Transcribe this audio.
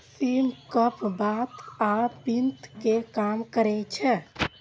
सिम कफ, बात आ पित्त कें कम करै छै